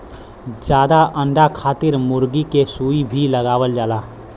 जादा अंडा खातिर मुरगी के सुई भी लगावल जाला